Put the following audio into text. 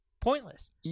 pointless